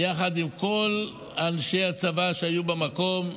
כל אנשי הצבא שהיו במקום,